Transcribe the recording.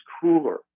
cooler